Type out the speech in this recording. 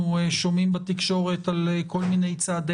אנחנו שומעים בתקשורת על כל מיני צעדי